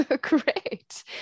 great